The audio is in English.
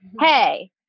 hey